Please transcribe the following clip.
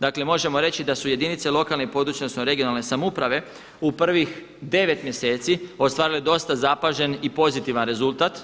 Dakle, možemo reći da su jedinice lokalne i područne, odnosno regionalne samouprave u prvih 9 mjeseci ostvarile dosta zapažen i pozitivan rezultat.